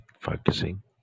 focusing